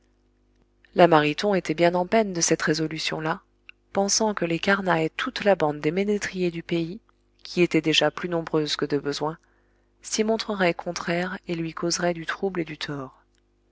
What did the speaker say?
la mariton était bien en peine de cette résolution là pensant que les carnat et toute la bande des ménétriers du pays qui était déjà plus nombreuse que de besoin s'y montreraient contraires et lui causeraient du trouble et du tort